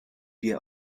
wir